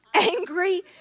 angry